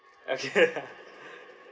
okay